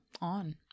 on